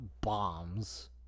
bombs